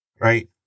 right